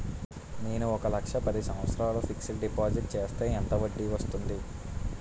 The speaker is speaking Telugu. నేను ఒక లక్ష పది సంవత్సారాలు ఫిక్సడ్ డిపాజిట్ చేస్తే ఎంత వడ్డీ వస్తుంది?